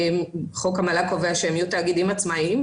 חוק המל"ג קובע שהם יהיו תאגידים עצמאיים,